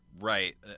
Right